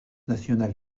nationale